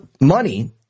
money